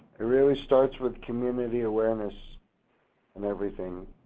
really starts with community awareness and everything.